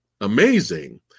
amazing